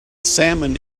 salmon